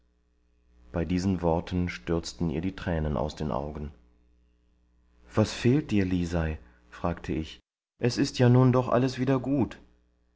bei diesen worten stürzten ihr die tränen aus den augen was fehlt dir lisei fragte ich es ist ja nun doch alles wieder gut